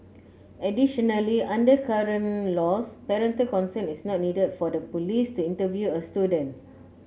additionally under current laws parental consent is not needed for the police to interview a student